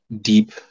deep